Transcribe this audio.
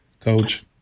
coach